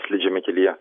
slidžiame kelyje